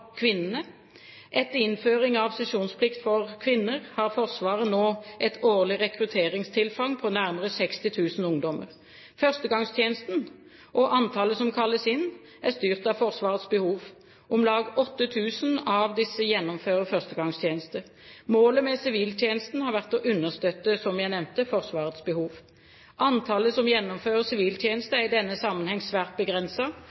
Etter innføring av sesjonsplikt for kvinner har Forsvaret nå et årlig rekrutteringstilfang på nærmere 60 000 ungdommer. Førstegangstjenesten og antallet som kalles inn, er styrt av Forsvarets behov. Om lag 8 000 av disse gjennomfører førstegangstjeneste. Målet med siviltjenesten har vært å understøtte, som jeg nevnte, Forsvarets behov. Antallet som gjennomfører